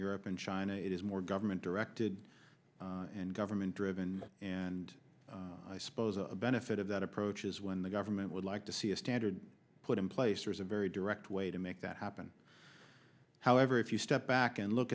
europe in china it is more government directed and government driven and i suppose a benefit of that approach is when the government would like to see a standard put in place there's a very direct way to make that happen however if you step back and look